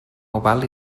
oval